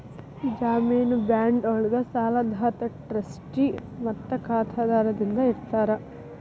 ಜಾಮೇನು ಬಾಂಡ್ ಒಳ್ಗ ಸಾಲದಾತ ಟ್ರಸ್ಟಿ ಮತ್ತ ಖಾತರಿದಾರ ಇರ್ತಾರ